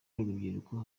n’urubyiruko